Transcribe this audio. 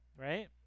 right